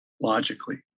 logically